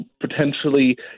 potentially